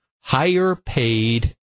higher-paid